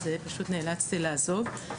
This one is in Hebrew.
אז פשוט נאלצתי לעזוב.